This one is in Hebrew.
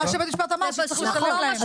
מה שבית משפט אמר, שצריך לשלם להם.